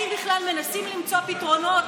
אם בכלל מנסים למצוא פתרונות.